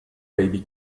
baby